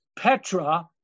Petra